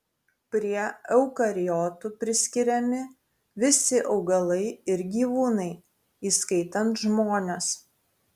prie eukariotų priskiriami visi augalai ir gyvūnai įskaitant žmones